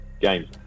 Games